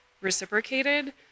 reciprocated